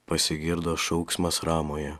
pasigirdo šauksmas ramoje